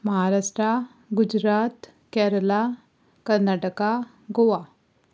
Maharashtra Gujarat Kerala Karnataka Goa